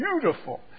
beautiful